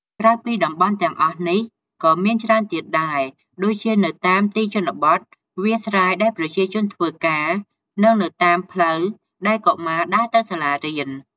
ក្រៅពីតំបន់ទាំងអស់នេះ ក៏មានច្រើនទៀតដែរ ដូចជានៅតាមទីជនបទ វាលស្រែដែលប្រជាជនធ្វើការ និងនៅតាមផ្លូវដែលកុមារដើរទៅសាលារៀន ។